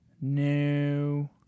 No